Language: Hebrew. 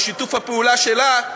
ושיתוף הפעולה שלה,